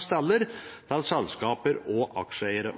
stiller til selskaper og aksjeeiere.